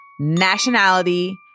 nationality